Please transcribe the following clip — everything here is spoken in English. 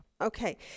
Okay